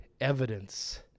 evidence